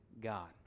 God